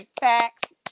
facts